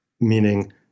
meaning